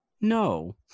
No